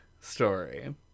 story